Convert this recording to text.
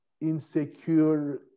insecure